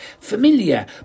familiar